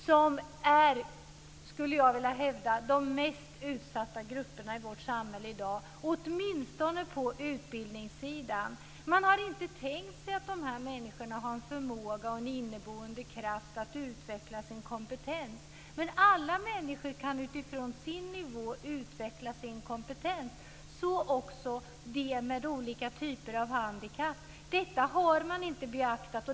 Jag skulle vilja hävda att de är de mest utsatta grupperna i vårt samhället i dag, åtminstone på utbildningssidan. Man har inte tänkt sig att dessa människor har en förmåga och en inneboende kraft att utveckla sin kompetens. Alla människor kan utifrån sin nivå utveckla sin kompetens, så också de med olika typer av handikapp. Detta har man inte beaktat.